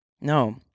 no